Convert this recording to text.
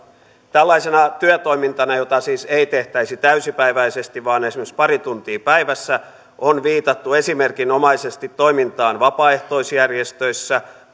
tällaisena työtoimintana jota siis ei tehtäisi täysipäiväisesti vaan esimerkiksi pari tuntia päivässä on viitattu esimerkinomaisesti toimintaan vapaaehtoisjärjestöissä